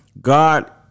God